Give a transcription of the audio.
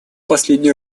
последний